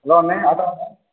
hello அண்ணே ஆட்டோவாண்ணே